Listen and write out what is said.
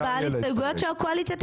תקציב לסעיף